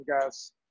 guys